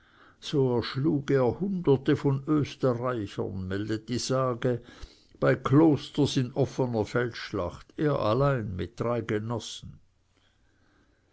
so erschlug er hunderte von österreichern meldet die sage bei klosters in offener feldschlacht er allein mit drei genossen